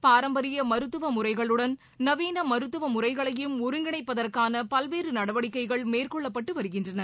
பாரம்பரிய மருத்துவ முறைகளுடன் நவீன மருத்துவ முறைகளையும் ஒருங்கிணைப்பதற்கான பல்வேறு நடவடிக்கைகள் மேற்கொள்ளப்பட்டு வருகின்றன